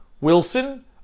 Wilson